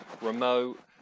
remote